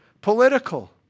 political